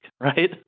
right